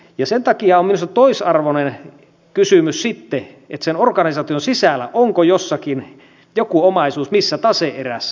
ja sen takia on minusta toisarvoinen kysymys sitten että onko sen organisaation sisällä jossakin joku omaisuus missä tase erässä